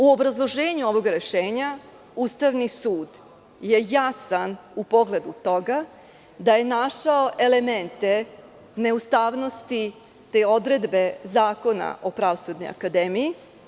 U obrazloženju ovog rešenja Ustavni sud je jasan u pogledu toga da je našao elemente neustavnosti te odredbe Zakona o Pravosudnoj akademiji.